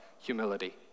Humility